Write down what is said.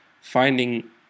finding